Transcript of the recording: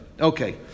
Okay